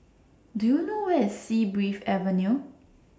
Do YOU know Where IS Sea Breeze Avenue